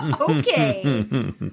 Okay